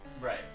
Right